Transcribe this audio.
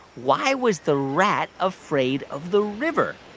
why was the rat afraid of the river?